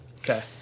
Okay